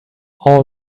all